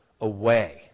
away